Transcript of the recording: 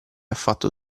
affatto